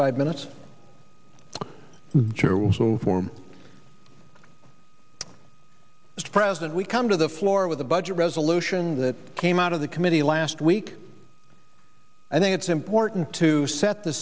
five minutes of the form mr president we come to the floor with the budget resolution that came out of the committee last week i think it's important to set the